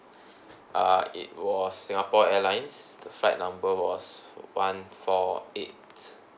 uh it was Singapore Airlines the flight number was one four eight